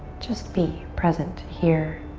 just be present here